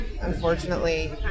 unfortunately